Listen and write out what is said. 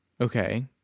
Okay